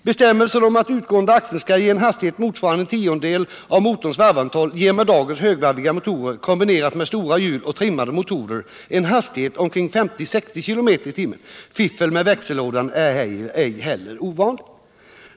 Bestämmelsen om att utgående axeln skall ge en hastighet motsvarande 1/10 av motorns varvtal, ger med dagens högvarviga motorer, kombinerat med stora hjul och trimmade motorer, en hastighet omkring 50-60 km i timmen. Fiffel med växellådan är ej heller ovanligt.